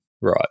right